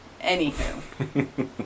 Anywho